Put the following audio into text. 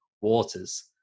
waters